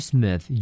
Smith